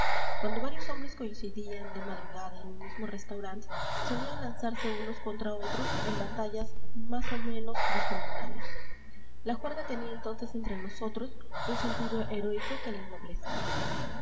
cuando varios hombres coincidían de madrugada en un mismo restaurant solían lanzarse unos contra otros en batallas más o menos descomunales la juerga tenía entonces entre nosotros un sentido heroico que la